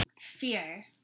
Fear